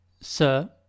Sir